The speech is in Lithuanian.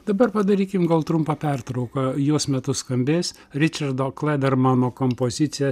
dabar padarykim gal trumpą pertrauką jos metu skambės ričardo klaidermano kompozicija